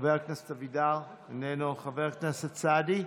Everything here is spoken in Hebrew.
חבר הכנסת אבידר, איננו, חבר הכנסת סעדי,